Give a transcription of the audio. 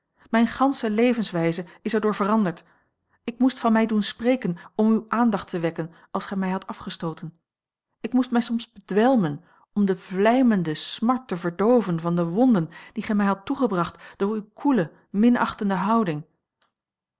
mijne gansche levenswijze is er door veranderd ik moest van mij doen spreken om uwe aandacht te wekken als gij mij hadt afgestooten ik moest mij soms bedwelmeu om de vlijmende smart te verdooven van de wonden die gij mij hadt toegebracht door uwe koele minachtende houding